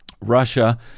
Russia